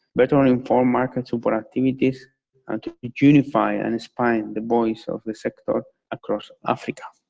better inform market support activities, and unify and expand the voice of the sector across africa.